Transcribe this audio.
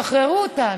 תשחררו אותנו.